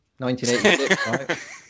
1986